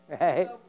right